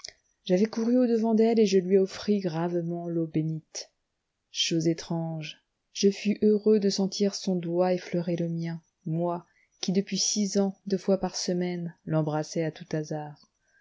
j'avais couru au-devant d'elle et je lui offris gravement l'eau bénite chose étrange je fus heureux de sentir son doigt effleurer le mien moi qui depuis six ans deux fois par semaine l'embrassais à tout hasard